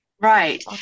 Right